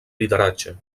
lideratge